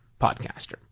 podcaster